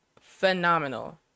phenomenal